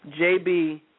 JB